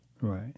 Right